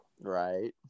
Right